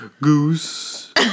Goose